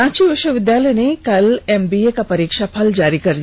रांची विश्वविद्यालय ने कल एमबीए का परीक्षाफल जारी कर दिया